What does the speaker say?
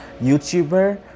YouTuber